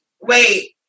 wait